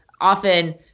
often